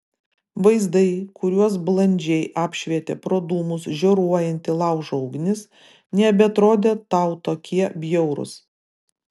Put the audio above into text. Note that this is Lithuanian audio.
vaizdai kuriuos blandžiai apšvietė pro dūmus žioruojanti laužo ugnis nebeatrodė tau tokie bjaurūs